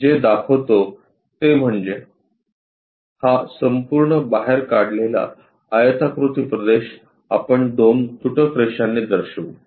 तर आपण जे दाखवितो ते म्हणजे हा संपूर्ण बाहेर काढलेला आयताकृती प्रदेश आपण दोन तुटक रेषांनी दर्शवू